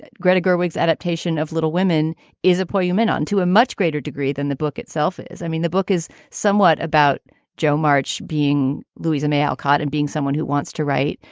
but greta gerwig adaptation of little women is appointment onto a much greater degree than the book itself is. i mean, the book is somewhat about jo march being louisa may alcott and being someone who wants to write.